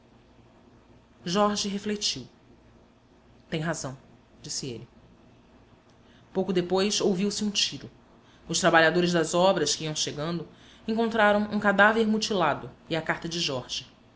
jorge refletiu tem razão disse ele pouco depois ouviu-se um tiro os trabalhadores das obras que iam chegando encontraram um cadáver mutilado e a carta de jorge